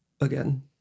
again